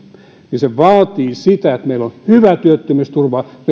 vaatii sitä että meillä on hyvä työttömyysturva meillä on